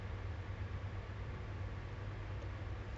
one part of the proj~ the programme is not working